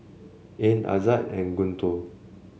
Ain Aizat and Guntur